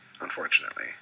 unfortunately